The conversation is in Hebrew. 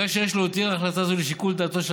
הרי שיש להותיר החלטה זו לשיקול דעתו של